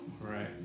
right